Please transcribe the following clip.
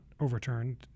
overturned